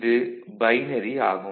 இது பைனரி ஆகும்